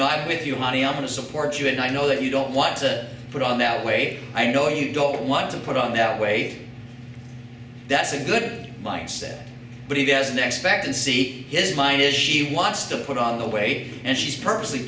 know i'm with you honey i'm going to support you and i know that you don't want to put on that weight i know you don't want to put on that way that's a good mindset but he doesn't expect to see his mind as she wants to put on the way and she's purposely